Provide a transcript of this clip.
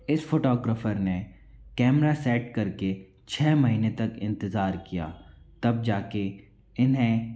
इस फोटोग्राॅफर ने camera set करके छः महीने तक इंतजार किया तब जा के इन्हें